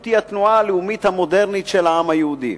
היא התנועה הלאומית המודרנית של העם היהודי.